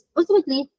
ultimately